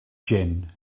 jin